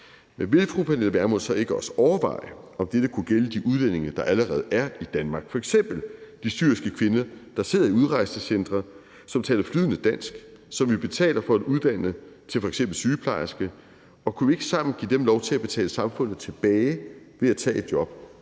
Men vil fru Pernille Vermund så ikke også overveje, om dette kunne gælde de udlændinge, der allerede er i Danmark, f.eks. de syriske kvinder, som sidder i udrejsecentre, som taler flydende dansk, og som vi betaler for at uddanne sig til f.eks. sygeplejersker, og kunne vi ikke sammen give dem lov til at betale samfundet tilbage ved at tage et job